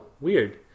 weird